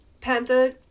Panther